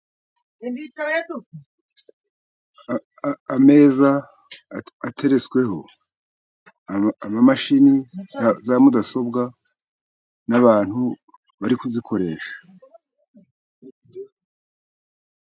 Ameza ateretsweho imashini za mudasobwa n'abantu bari kuzikoresha.